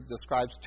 describes